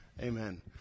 Amen